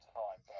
time